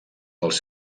pels